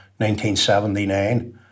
1979